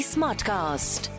Smartcast